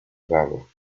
rabo